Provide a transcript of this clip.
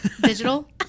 digital